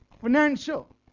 financial